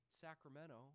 Sacramento